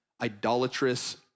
idolatrous